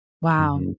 Wow